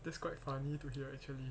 that's quite funny to hear actually